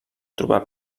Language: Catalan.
trobar